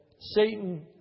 Satan